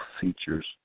features